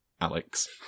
Alex